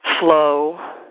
flow